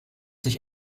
sich